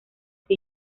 the